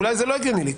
ואולי לא.